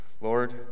Lord